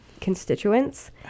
constituents